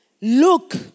Look